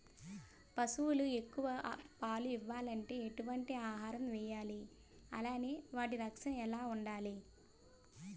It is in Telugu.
పశువులు ఎక్కువ పాలు ఇవ్వాలంటే ఎటు వంటి ఆహారం వేయాలి అలానే వాటి రక్షణ ఎలా వుండాలి?